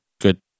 good